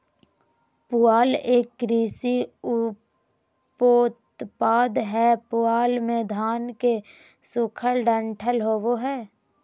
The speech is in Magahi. पुआल एक कृषि उपोत्पाद हय पुआल मे धान के सूखल डंठल होवो हय